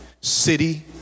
City